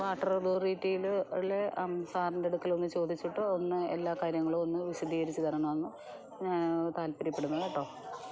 water അതോറിറ്റിയിള്ള ലെ സാറിൻറ്റടുക്കലൊന്ന് ചോദിച്ചിട്ട് ഒന്ന് എല്ലാ കാര്യങ്ങളും ഒന്ന് വിശദീകരിച്ച് തരണമെന്നും താല്പര്യപ്പെടുന്നു കേട്ടോ